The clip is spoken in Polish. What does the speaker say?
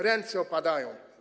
Ręce opadają.